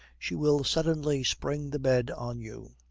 she will suddenly spring the bed on you.